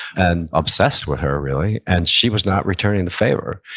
and obsessed with her, really, and she was not returning the favor.